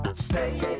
stay